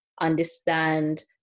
understand